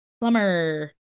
Plumber